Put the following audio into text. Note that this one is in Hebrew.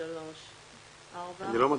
יש תיקו.